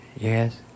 yes